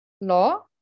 law